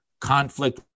conflict